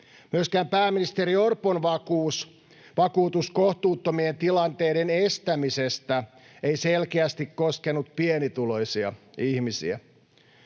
Myöskään pääministeri Orpon vakuutus kohtuuttomien tilanteiden estämisestä ei selkeästi koskenut pienituloisia ihmisiä.